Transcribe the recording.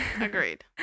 Agreed